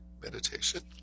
meditation